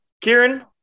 Kieran